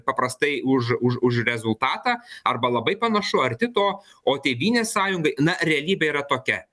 paprastai už už už rezultatą arba labai panašu arti to o tėvynės sąjungai na realybė yra tokia